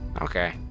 Okay